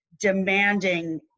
demanding